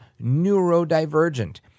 neurodivergent